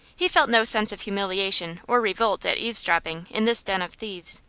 he felt no sense of humiliation or revolt at eavesdropping in this den of thieves,